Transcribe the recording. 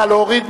נא להוריד.